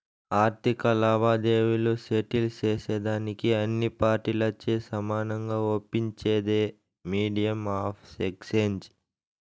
ఆర్థిక లావాదేవీలు సెటిల్ సేసేదానికి అన్ని పార్టీలచే సమానంగా ఒప్పించేదే మీడియం ఆఫ్ ఎక్స్చేంజ్